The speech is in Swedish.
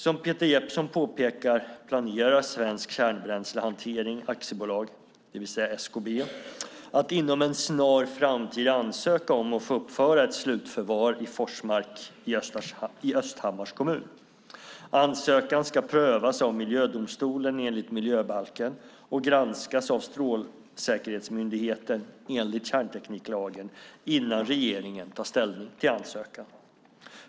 Som Peter Jeppsson påpekar planerar Svensk Kärnbränslehantering AB, SKB, att inom en snar framtid ansöka om att få uppföra ett slutförvar i Forsmark i Östhammars kommun. Ansökan ska prövas av Miljödomstolen enligt miljöbalken och granskas av Strålsäkerhetsmyndigheten enligt kärntekniklagen innan regeringen tar ställning till ansökan.